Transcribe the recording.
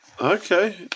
Okay